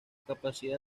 capacidad